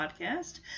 podcast